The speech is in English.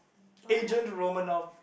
agent Romanoff